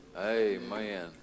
Amen